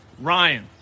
Ryan